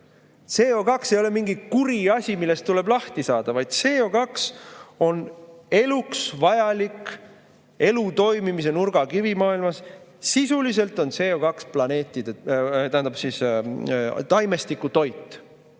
CO2ei ole mingi kuri asi, millest tuleb lahti saada, vaid CO2on eluks vajalik, see on elu toimimise nurgakivi maailmas. Sisuliselt on CO2taimestiku toit.